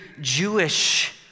Jewish